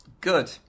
Good